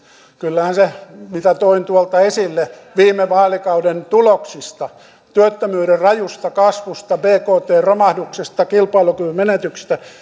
kyllähän se mitä toin tuolta esille viime vaalikauden tuloksista työttömyyden rajusta kasvusta bktn romahduksesta kilpailukyvyn menetyksestä